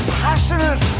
passionate